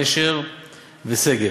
נשר ושגב,